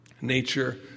nature